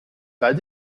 pas